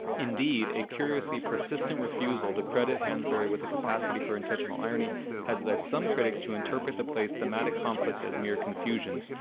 indeed a curiously persistent refusal to credit hansberry with a capacity for intentional irony has led some critics to interpret the play's thematic conflicts as mere confusions.